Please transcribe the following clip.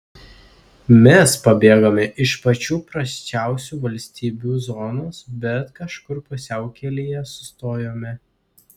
mes pabėgome iš pačių prasčiausių valstybių zonos bet kažkur pusiaukelėje sustojome